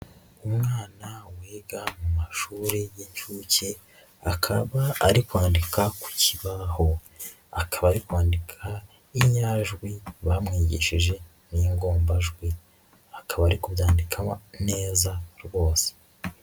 Umwana wiga mu mashuri y'incuke akaba ari kwandika ku kibaho, akaba ari kwandika inyajwi bamwigishije n'ingombajwi, akaba ari kubyandikamo neza rwose.